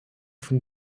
von